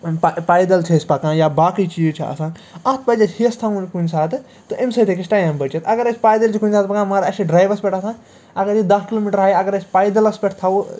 پاے پیدَل چھِ أسۍ پکان یا باقٕے چیٖز چھِ آسان اَتھ پَزِ اَسہِ ہٮ۪س تھاوُن کُنہِ ساتہٕ تہٕ أمۍ سۭتۍ ہٮ۪کہِ اَسہِ ٹایَم بٔچِتھ اگر اَسہِ پایدَل چھِ کُنہِ ساتہٕ پکان مگر اَسہِ چھِ ڈرایوَس پٮ۪ٹھ آسان اَگر اَسہِ داہ کِلوٗمیٖٹر آیہِ اگر أسۍ پایدَلَس پٮ۪ٹھ تھاوَو